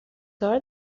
کار